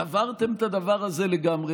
שברתם את הדבר הזה לגמרי.